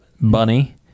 bunny